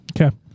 Okay